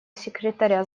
секретаря